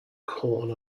caught